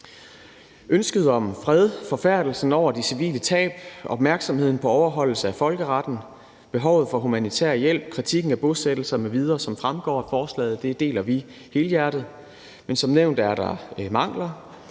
Ønsket om fred, forfærdelsen over de civile tab, opmærksomheden på overholdelse af folkeretten, behovet for humanitær hjælp, kritikken af bosættelser m.v., som fremgår af forslaget, deler vi helhjertet. Men som nævnt er der mangler,